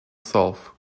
solve